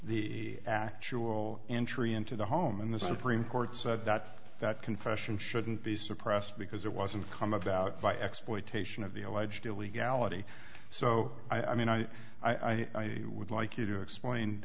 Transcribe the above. the actual entry into the home in the supreme court said that that confession shouldn't be suppressed because it wasn't come about by exploitation of the alleged illegality so i mean i i i would like you to explain